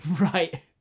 Right